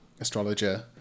astrologer